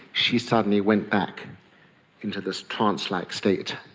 she suddenly went back into this trancelike state.